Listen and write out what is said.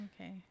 okay